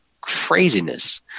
craziness